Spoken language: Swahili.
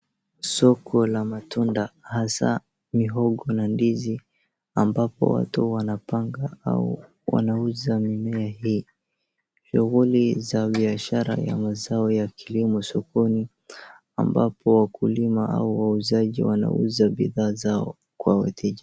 Soko la matunda hasa mihogo na ndizi ambapo watu wanapanga au wanauza mimea hii. Shughuli za biashara ni ya mazao ya kilimo sokoni ambapo wakulima au wauzaji wanauza bidhaa yao kwa wateja.